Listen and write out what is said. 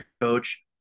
coach